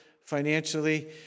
financially